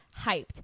hyped